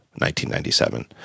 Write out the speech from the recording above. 1997